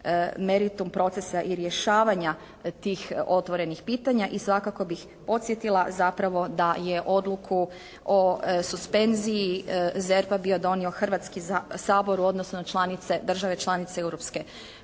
meritum procesa i rješavanja tih otvorenih pitanja. I svakako bih podsjetila zapravo da je odluku o suspenziji ZERP-a bio donio Hrvatski sabor u odnosu na članice,